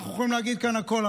אנחנו יכולים להגיד כאן הכול,